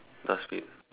dustbin